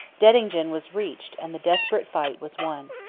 dettingen was reached and the desperate fight was won.